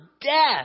death